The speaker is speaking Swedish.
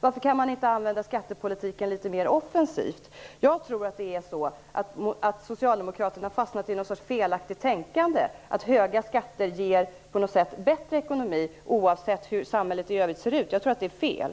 Varför kan man inte använda skattepolitiken litet mer offensivt? Jag tror att Socialdemokraterna har fastnat i något slags felaktigt tänkande om att höga skatter på något sätt ger bättre ekonomi oavsett hur samhället i övrigt ser ut. Jag tror att det är fel.